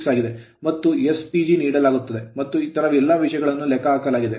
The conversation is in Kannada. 86 ಆಗಿದೆ ಮತ್ತು sPG ನೀಡಲಾಗುತ್ತದೆ ಮತ್ತು ಇತರ ಎಲ್ಲಾ ವಿಷಯಗಳನ್ನು ಲೆಕ್ಕಹಾಕಲಾಗಿದೆ